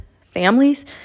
families